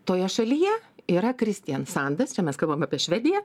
toje šalyje yra kristiansandas čia mes kalbam apie švediją